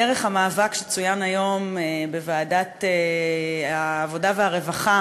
דרך המאבק שצוין היום בוועדת העבודה והרווחה